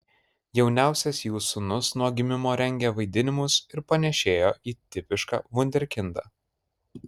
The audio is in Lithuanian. jauniausias jų sūnus nuo gimimo rengė vaidinimus ir panėšėjo į tipišką vunderkindą